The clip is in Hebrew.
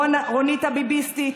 רונית הביביסטית,